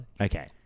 Okay